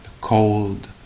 cold